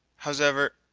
howsoever,